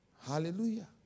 Hallelujah